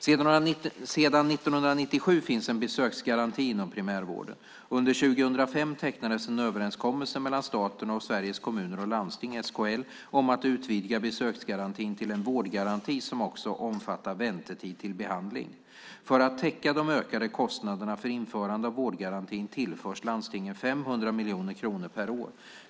Sedan 1997 finns en besöksgaranti inom primärvården. Under 2005 tecknades en överenskommelse mellan staten och Sveriges Kommuner och Landsting, SKL, om att utvidga besöksgarantin till en vårdgaranti som också omfattar väntetid till behandling. För att täcka de ökade kostnaderna för införande av vårdgarantin tillförs landstingen 500 miljoner kronor per år.